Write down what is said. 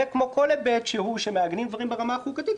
וכמו כל היבט שהוא כשמעגנים דברים ברמה החוקתית,